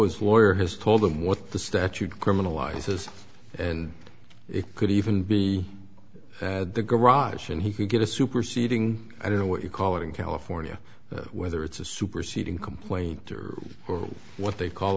as lawyer has told him what the statute criminalizes and it could even be had the garage and he could get a superseding i don't know what you call it in california whether it's a superseding complaint or what they call